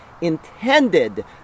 intended